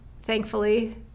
thankfully